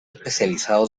especializado